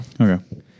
okay